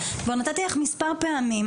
כבר נתתי לך מספר פעמים,